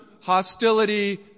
hostility